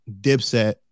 dipset